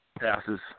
passes